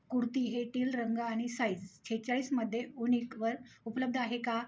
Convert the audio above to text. कुर्ती हे टील रंग आणि साईझ सेहेचाळीसमध्ये ओनिकवर उपलब्ध आहे का